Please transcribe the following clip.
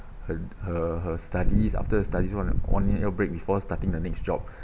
her her her studies after her studies one one year break before starting the next job